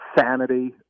sanity